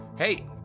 Hey